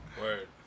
Word